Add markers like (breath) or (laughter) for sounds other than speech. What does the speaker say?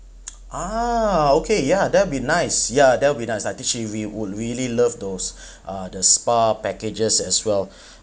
(noise) ah okay ya that'll be nice ya that'll be nice I think she we would really love those (breath) uh the spa packages as well (breath)